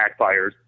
backfires